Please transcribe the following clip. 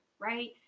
Right